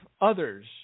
others